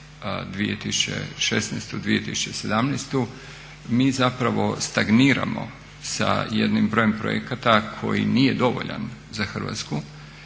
2016., 2017. mi zapravo stagniramo sa jednim brojem projekata koji nije dovoljan za Hrvatsku,